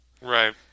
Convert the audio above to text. Right